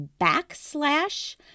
backslash